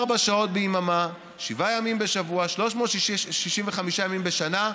24 שעות ביממה, שבעה ימים בשבוע, 365 ימים בשנה,